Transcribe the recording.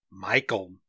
Michael